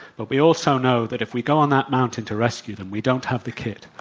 but we also know that if we go on that mountain to rescue them, we don't have the kit,